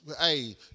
Hey